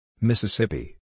Mississippi